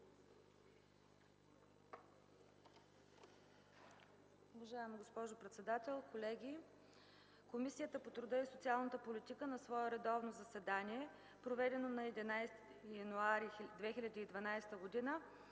Уважаема госпожо председател, колеги! „Комисията по труда и социалната политика на свое редовно заседание, проведено на 11 януари 2012 г.